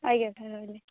ଆଜ୍ଞା ସାର୍ ରହିଲି